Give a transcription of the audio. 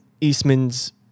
Eastman's